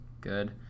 Good